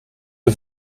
een